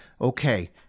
okay